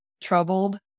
troubled